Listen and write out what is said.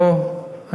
בואו,